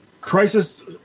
Crisis